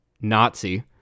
Nazi